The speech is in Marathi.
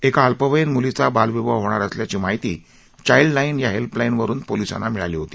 एका अल्पवयीन मूलीचा बालविवाह होणार असल्याची माहिती चाईल्ड लाईन या हेल्पलाईन वरून पोलिसांना मिळाली होती